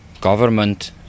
government